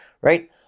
right